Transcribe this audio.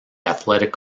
athletic